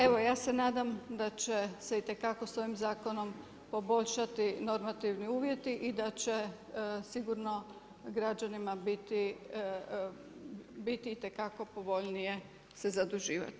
Evo ja se nadam da će se itekako s ovim zakonom poboljšati normativni uvjeti i da će sigurno građanima biti itekako povoljnije se zaduživati.